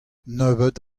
nebeut